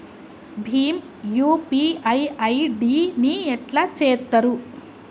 Bhim UPI ID ని ఎట్లా చేత్తరు?